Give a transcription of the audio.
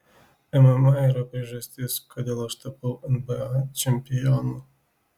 mma yra priežastis kodėl aš tapau nba čempionu